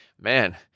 man